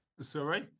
Sorry